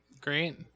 Great